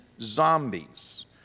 zombies